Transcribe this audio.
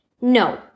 No